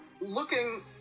Looking